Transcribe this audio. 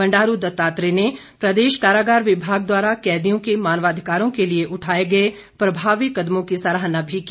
बंडारू दत्तात्रेय ने प्रदेश कारागार विभाग द्वारा कैदियों के मानवाधिकारों के लिए उठाए गए प्रभावी कदमों की सराहना भी की